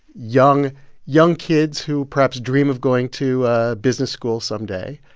young young kids who perhaps dream of going to ah business school someday,